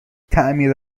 تعمیر